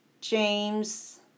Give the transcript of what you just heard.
James